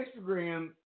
Instagram